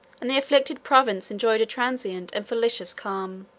and the afflicted province enjoyed a transient and fallacious calm.